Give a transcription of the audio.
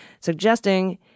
suggesting